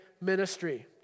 ministry